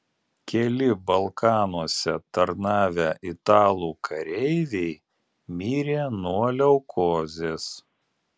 keli balkanuose tarnavę italų kareiviai mirė nuo leukozės